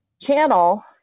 channel